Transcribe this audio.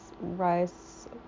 rice